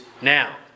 now